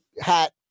hat